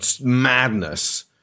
madness